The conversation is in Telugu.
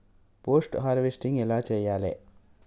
పోస్ట్ హార్వెస్టింగ్ ఎలా చెయ్యాలే?